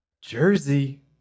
jersey